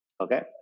Okay